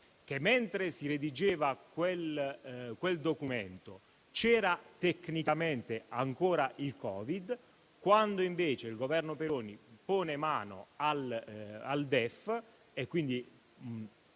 mentre si redigeva quel documento, c'era tecnicamente ancora il Covid; quando invece il Governo Meloni ha posto mano al DEF, e quindi